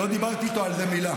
לא דיברתי איתו על זה מילה.